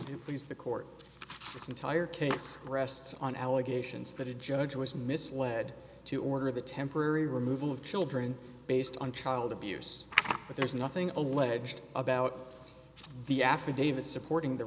please the court this entire case rests on allegations that a judge was misled to order the temporary removal of children based on child abuse but there's nothing alleged about the affidavit supporting the